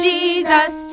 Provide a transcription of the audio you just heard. Jesus